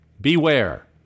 beware